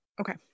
Okay